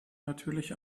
natürlich